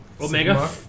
Omega